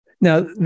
Now